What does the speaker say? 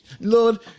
Lord